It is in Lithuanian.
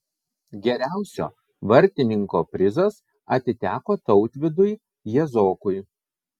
geriausio vartininko prizas atiteko tautvydui jazokui